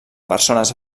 persones